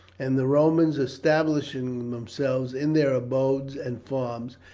and the romans, establishing themselves in their abodes and farms,